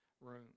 room